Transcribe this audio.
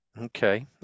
Okay